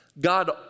God